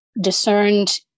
discerned